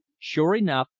sure enough,